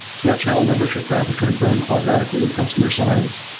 so that channel membership graph has kind of grown quadratically with customer size,